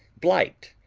blight,